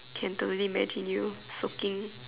can totally imagine you soaking